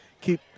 Keep